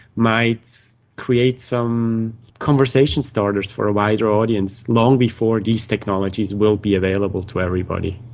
might create some conversation-starters for a wider audience, long before these technologies will be available to everybody.